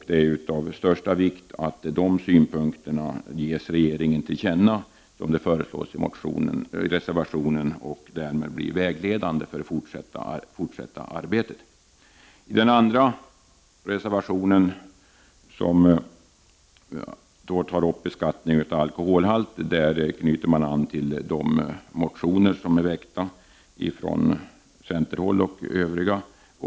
Det är av största vikt att de synpunkterna ges regeringen till känna, vilket föreslås i reservationen, och därmed blir vägledande för det fortsatta arbetet. I reservation 2, som tar upp beskattning efter alkoholhalt, knyter man an till de motioner som har väckts från centern och övriga partier.